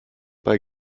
bei